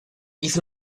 hizo